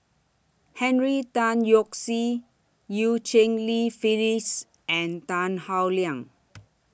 Henry Tan Yoke See EU Cheng Li Phyllis and Tan Howe Liang